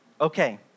Okay